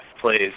please